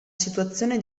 situazione